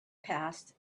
passed